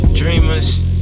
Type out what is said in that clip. dreamers